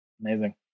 Amazing